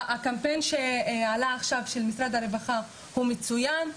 הקמפיין שעלה עכשיו של משרד הרווחה הוא מצויין,